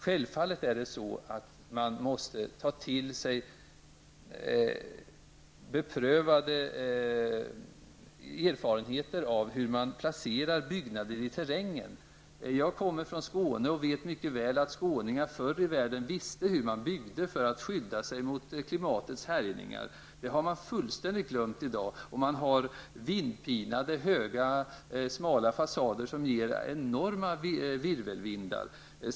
Självfallet måste man ta till sig beprövade erfarenheter av hur man placerar byggnader i terrängen. Jag kommer från Skåne och vet mycket väl att skåningarna förr i världen visste hur man byggde för att skydda sig mot klimatets härjningar. Det har man fullständigt glömt i dag. Man har skapat vindpinade, höga, smala fasader, som ger enorma virvelvindar.